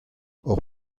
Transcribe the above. hor